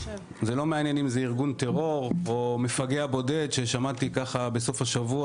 זה לא מעניין אם זה ארגון טרור או מפגע בודד - שמעתי בסוף השבוע